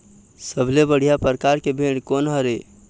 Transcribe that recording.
सबले बढ़िया परकार के भेड़ कोन हर ये?